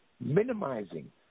minimizing